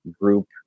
group